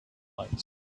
lights